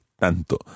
tanto